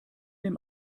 dem